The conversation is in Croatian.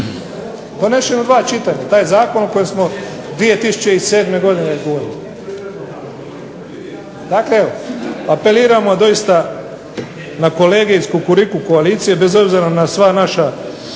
donesen je u dva čitanja, taj zakon o kojem smo 2007. govorili. Dakle evo, apeliramo doista na kolege iz Kukuriku koalicije bez obzira na sve naše